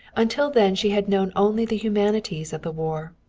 until then she had known only the humanities of the war,